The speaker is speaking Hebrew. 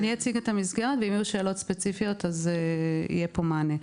אני אציג את המסגרת ואם יהיו שאלות ספציפיות יהיה פה מענה.